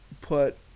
put